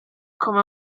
come